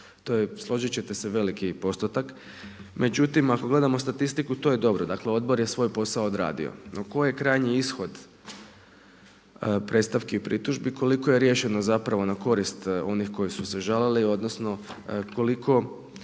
To je složit ćete se veliki postotak. Međutim, ako gledamo statistiku to je dobro. Dakle, odbor je svoj posao odradio. No, koji je krajnji ishod predstavki i pritužbi, koliko je riješeno zapravo na korist onih koji su žalili, odnosno koliko